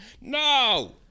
No